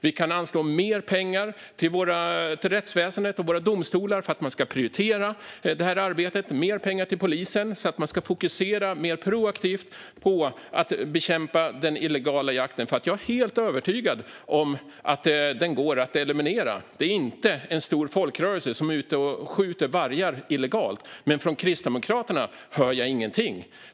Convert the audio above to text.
Vi kan anslå mer pengar till rättsväsendet och domstolarna för att de ska prioritera detta arbete. Vi kan anslå mer pengar till polisen så att den fokuserar mer proaktivt för att bekämpa den illegala jakten. Jag är helt övertygad om att den går att eliminera. Det handlar inte om en stor folkrörelse som är ute och illegalt skjuter vargar. Från Kristdemokraterna hör jag ingenting.